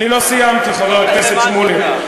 אני לא סיימתי, חבר הכנסת שמולי.